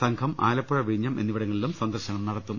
സംഘം ആലപ്പുഴ വിഴിഞ്ഞം എന്നിവിടങ്ങളിലും സന്ദർശനം നടത്തും